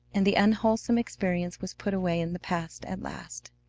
and the unwholesome experience was put away in the past at last.